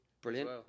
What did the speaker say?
Brilliant